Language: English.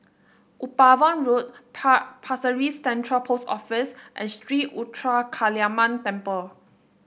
Upavon Road par Pasir Ris Central Post Office and Sri Ruthra Kaliamman Temple